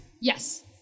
Yes